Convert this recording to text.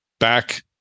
back